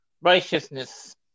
righteousness